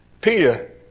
Peter